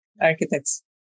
architects